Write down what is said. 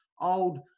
old